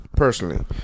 Personally